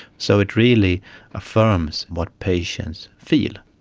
so it really affirms what patients feel.